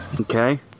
Okay